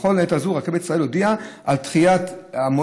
נכון לעת הזאת רכבת ישראל הודיעה על דחיית המועד,